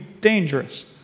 dangerous